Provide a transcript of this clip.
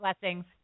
blessings